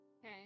Okay